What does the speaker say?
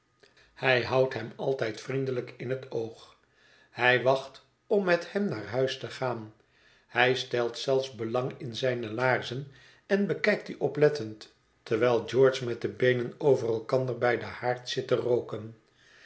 hij houdt hem altijd vriendehet veelaten huis lijk in het oog hij wacht om met hem naar huis te gaan hij stelt zelfs belang in zijne laarzen en bekijkt die oplettend terwijl george met de beenen over elkander bij den haard zit te rook